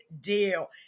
deal